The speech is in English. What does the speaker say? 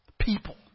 People